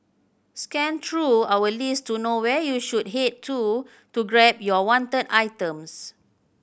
scan through our list to know where you should head to to grab your wanted items